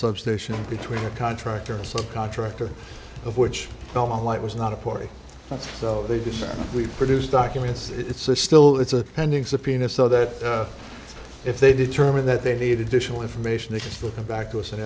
substation between a contractor a subcontractor of which paul light was not a party so they decide we produce documents it's still it's a pending subpoena so that if they determine that they need additional information they can still come back to us and